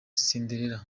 cinderella